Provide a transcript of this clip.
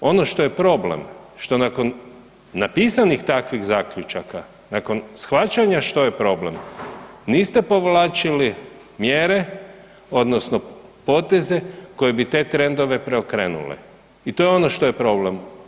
Ono što je problem što nakon napisanih takvih zaključaka, nakon shvaćanja što je problem niste povlačili mjere odnosno poteze koje bi te trendove preokrenuli i to je ono što je problem.